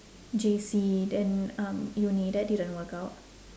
J_C then um uni that didn't work out